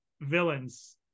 villains